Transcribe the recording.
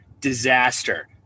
disaster